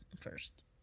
first